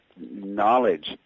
knowledge